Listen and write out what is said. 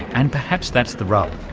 and perhaps that's the rub.